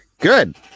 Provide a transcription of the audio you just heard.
Good